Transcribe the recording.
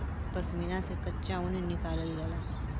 पश्मीना से कच्चा ऊन निकालल जाला